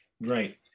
Right